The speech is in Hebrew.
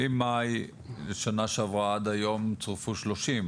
ממאי שנה שעברה עד היום צורפו 30,